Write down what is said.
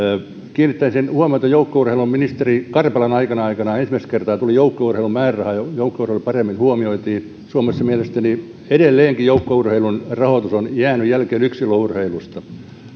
kiinnittäisin huomiota joukkueurheiluun ministeri karpelan aikana aikanaan ensimmäistä kertaa tuli joukkueurheilun määräraha ja joukkueurheilu paremmin huomioitiin suomessa mielestäni edelleenkin joukkueurheilun rahoitus on jäänyt jälkeen yksilöurheilusta otan